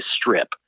Strip